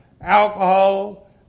alcohol